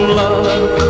love